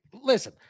listen